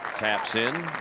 taps in